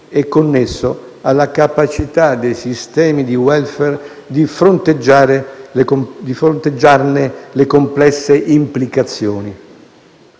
è connesso alla capacità dei sistemi di *welfare* di fronteggiarne le complesse implicazioni.